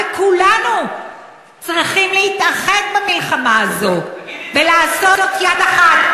וכולנו צריכים להתאחד במלחמה הזאת ולעשות יד אחת.